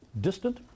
distant